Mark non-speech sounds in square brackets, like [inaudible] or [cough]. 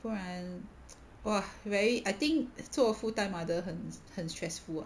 不然 [noise] !whoa! very I think 做 full time mother 很 stressful ah